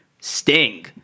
sting